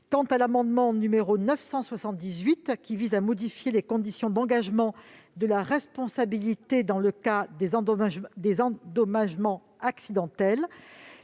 Quant à l'amendement n° 978 rectifié, qui vise à modifier les conditions d'engagement de la responsabilité dans le cas d'endommagements accidentels,